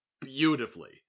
beautifully